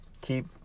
Keep